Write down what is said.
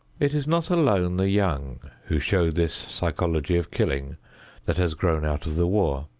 it is not alone the young who show this psychology of killing that has grown out of the war.